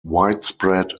widespread